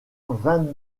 vingt